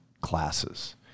classes